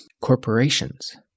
corporations